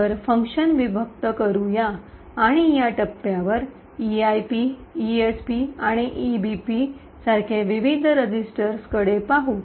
तर फंक्शन विभक्त disassemble disassemble करूया आणि या टप्प्यावर EIP ESP आणि EBP सारख्या विविध रजिस्टर्स कडे पाहू